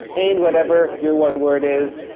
and whatever your one word is.